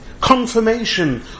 confirmation